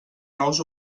nous